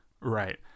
Right